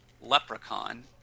Leprechaun